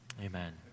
Amen